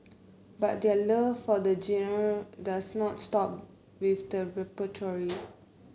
but their love for the genre does not stop with the repertoire